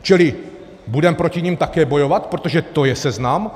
Čili budeme proti nim také bojovat, protože to je seznam?